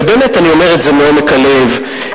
ואני אומר את זה מעומק הלב,